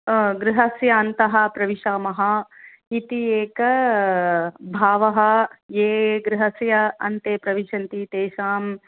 गृहस्य अन्तः प्रविशामः इति एकः भावः ये गृहस्य अन्ते प्रविशन्ति तेषां